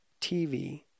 TV